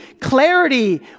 clarity